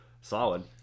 solid